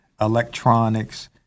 electronics